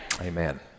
amen